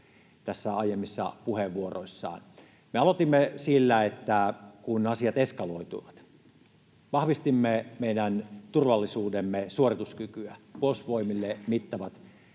tässä aiemmissa puheenvuoroissaan. Me aloitimme sillä, että kun asiat eskaloituivat, vahvistimme meidän turvallisuutemme suorituskykyä — Puolustusvoimille mittavat